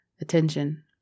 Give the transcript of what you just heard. attention